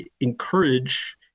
encourage